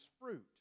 fruit